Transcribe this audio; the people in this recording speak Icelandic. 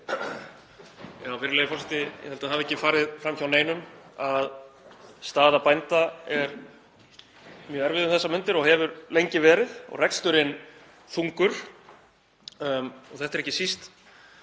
Ég held að það hafi ekki farið fram hjá neinum að staða bænda er mjög erfið um þessar mundir og hefur lengi verið og reksturinn er þungur. Þetta er ekki síst